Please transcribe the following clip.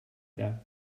that